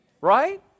Right